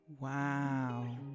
Wow